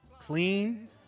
clean